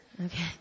Okay